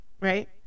right